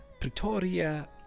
Pretoria